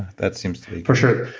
that seems to be for sure,